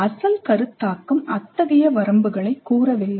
அசல் கருத்தாக்கம் அத்தகைய வரம்புகளை கூறவில்லை